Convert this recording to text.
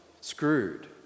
screwed